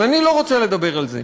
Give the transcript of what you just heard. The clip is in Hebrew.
אבל אני לא רוצה לדבר על זה.